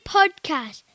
Podcast